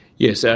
yes, ah